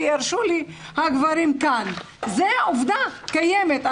וירשו לי הגברים כאן לומר זאת כי זאת עובדה קיימת.